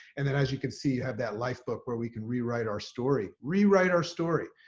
and then as you can see, you have that lifebook where we can rewrite our story, rewrite our story,